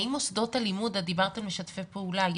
דיברת על משתפי פעולה.